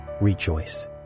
rejoice